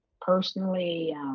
personally